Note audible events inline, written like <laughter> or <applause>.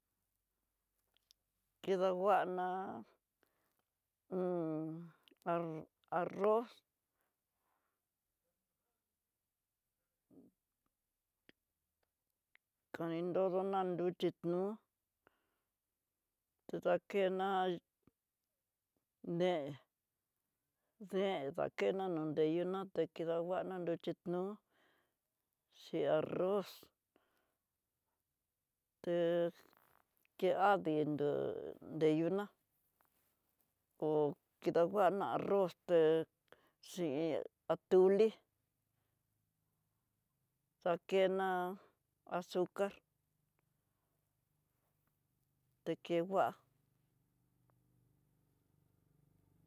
Ke nguana <hesitation> arroz, kadi nrodona nruxbii no'a, dadakena déen, déen dakena nruyena nruyenona ta kidava'ana nruchii no'o xhin arroz, té que adinro nreuyuná kó kidonguana arroz té xhin atolé tá kená azucar tá ké kuá.